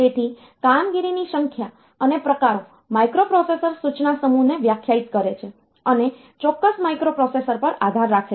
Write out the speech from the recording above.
તેથી કામગીરીની સંખ્યા અને પ્રકારો માઇક્રોપ્રોસેસર સૂચના સમૂહને વ્યાખ્યાયિત કરે છે અને ચોક્કસ માઇક્રોપ્રોસેસર પર આધાર રાખે છે